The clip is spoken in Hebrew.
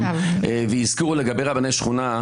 והזכירו לגבי רבני שכונה,